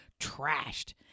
trashed